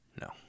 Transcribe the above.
No